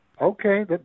Okay